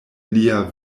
lia